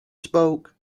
spoke